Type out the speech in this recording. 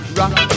rock